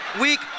Week